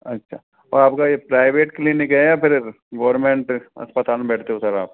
अच्छा और आपका ये प्राइवेट क्लिनिक है या फिर गवर्नमेंट अस्पताल में बैठते हो सर आप